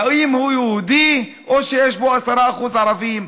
האם הוא יהודי או שיש בו 10% ערבים?